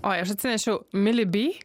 oi aš atsinešiau mili by